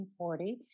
1940